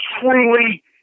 truly